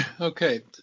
Okay